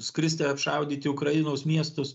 skristi apšaudyti ukrainos miestus